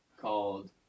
called